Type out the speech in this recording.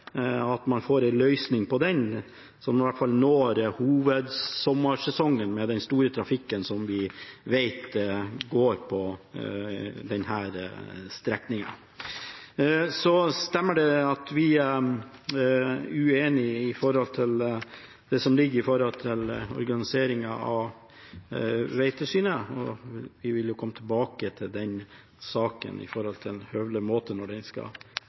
håper man får en løsning på det, i hvert fall før sommersesongen med den store trafikken som vi vet går på denne strekningen. Så stemmer det at vi er uenig i det som foreligger når det gjelder organiseringen av veitilsynet, og vi vil komme tilbake til den saken på en høvelig måte når den skal